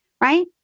right